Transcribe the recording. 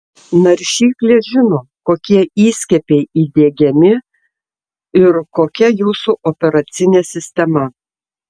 naršyklė žino kokie įskiepiai įdiegiami ir kokia jūsų operacinė sistema